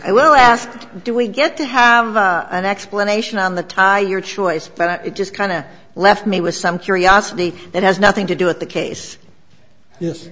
i will asked do we get to have an explanation on the tie your choice but it just kind of left me with some curiosity that has nothing to do with the case yes